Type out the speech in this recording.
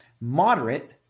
moderate